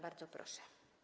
Bardzo proszę.